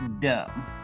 dumb